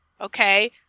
okay